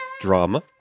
drama